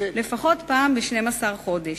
לפחות פעם ב-12 חודש.